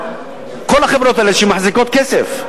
כל החברות האלה שמחזיקות כסף,